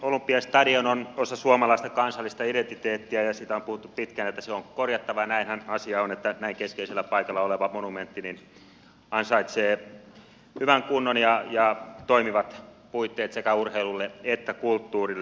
olympiastadion on osa suomalaista kansallista identiteettiä ja on puhuttu pitkään että se on korjattava ja näinhän asia on että näin keskeisellä paikalla oleva monumentti ansaitsee hyvän kunnon ja toimivat puitteet sekä urheilulle että kulttuurille